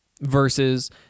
versus